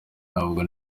ntabwo